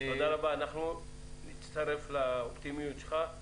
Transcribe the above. תודה רבה, אנחנו מצטרפים לאופטימיות שלך.